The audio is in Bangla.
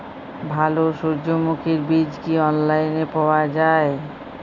ভালো সূর্যমুখির বীজ কি অনলাইনে পাওয়া যায়?